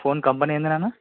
phone company ఏంటి నాన్నా